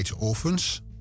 orphans